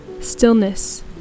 Stillness